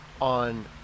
on